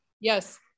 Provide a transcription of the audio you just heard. yes